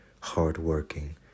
hard-working